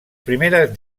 primeres